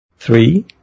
Three